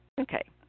Okay